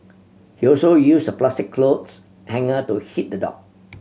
he also used a plastic clothes hanger to hit the dog